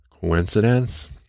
coincidence